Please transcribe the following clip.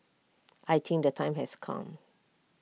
I think the time has come